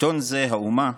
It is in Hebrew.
"עיתון זה, 'האומה',